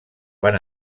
van